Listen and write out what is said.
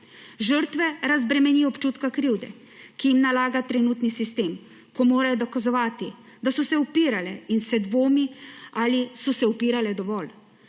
žrtve razbremeni občutka krivde, ki jim nalaga trenutni sistem, ko morajo dokazovati, da so se upirale in se dvomi, ali so se upirale dovolj.